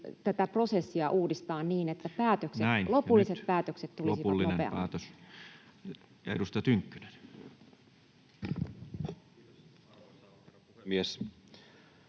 tätä prosessia uudistaa niin, että lopulliset päätökset tulisivat [Puhemies: